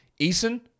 Eason